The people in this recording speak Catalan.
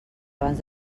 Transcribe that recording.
abans